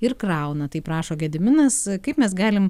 ir krauna taip rašo gediminas kaip mes galim